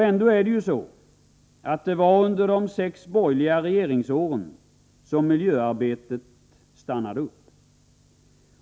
Ändå var det ju under de sex borgerliga regeringsåren som miljöarbetet stannade upp.